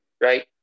right